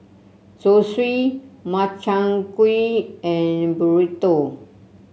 Zosui Makchang Gui and Burrito